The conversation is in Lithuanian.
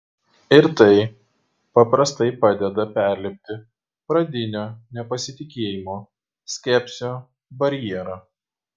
ir tai paprastai padeda perlipti pradinio nepasitikėjimo skepsio barjerą